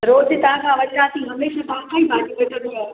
रोज तव्हांखां वठां थी हमेशह तव्हांखां ई भाॼी वठंदी आहियां